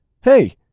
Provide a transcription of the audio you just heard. hey